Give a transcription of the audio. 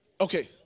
Okay